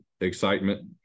excitement